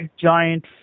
giant